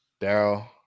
Daryl